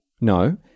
no